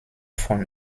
von